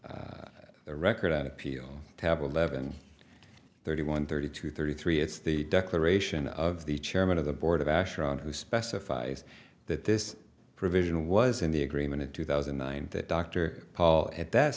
the record on appeal tabel levon thirty one thirty two thirty three it's the declaration of the chairman of the board of ashura who specifies that this provision was in the agreement in two thousand and nine that dr paul at that